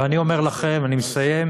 ואני אומר לכם, אני מסיים,